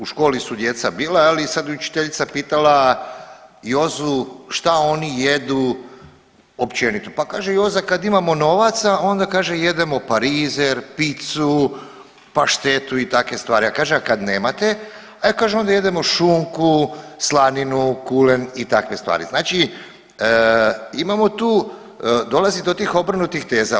U školi su djeca bila je li i sad je učiteljica pitala Jozu šta oni jedu općenito, pa kaže Joza kad imamo novaca onda kaže jedemo parizer, pizzu, paštetu i takve stvari, a kaže kad nemate, e kaže onda jedemo šunku, slaninu, kulen i takve stvari, znači imamo tu, dolazi do tih obrnutih teza.